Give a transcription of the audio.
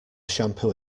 shampoo